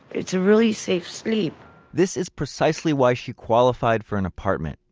it's a really safe sleep this is precisely why she qualified for an apartment.